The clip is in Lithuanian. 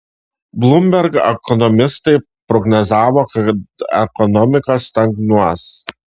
bloomberg ekonomistai prognozavo kad ekonomika stagnuos